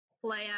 play